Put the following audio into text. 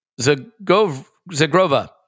Zagrova